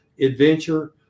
adventure